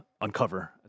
uncover